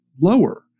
lower